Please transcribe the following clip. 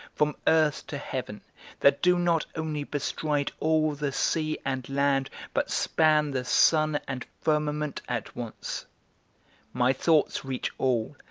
from earth to heaven that do not only bestride all the sea and land, but span the sun and firmament at once my thoughts reach all,